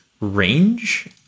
range